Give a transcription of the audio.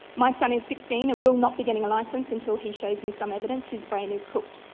my son is sixteen and will not be getting a licence until he shows me some evidence his brain is cooked.